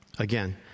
Again